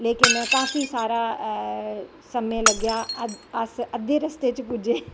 लेकिन काफी सारा समें लग्गेआ अस अध्दे रस्ते च पुज्जे